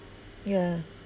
yeah